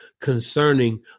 concerning